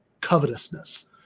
covetousness